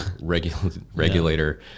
regulator